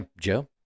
joe